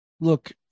Look